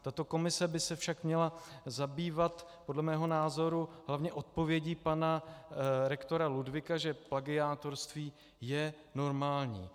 Tato komise by se však měla zabývat podle mého názoru hlavně odpovědí pana rektora Ludwiga, že plagiátorství je normální.